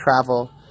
travel